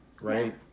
right